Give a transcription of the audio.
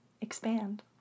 expand